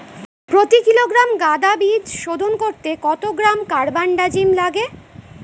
প্রতি কিলোগ্রাম গাঁদা বীজ শোধন করতে কত গ্রাম কারবানডাজিম লাগে?